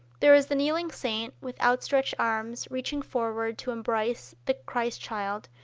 there is the kneeling saint with outstretched arms reaching forward to embrace the christ child,